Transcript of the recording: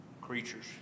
creatures